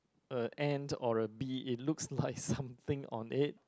a ant or a bee it looks like something on it